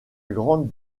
grande